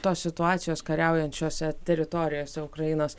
tos situacijos kariaujančiose teritorijose ukrainos